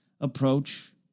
approach